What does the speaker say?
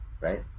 right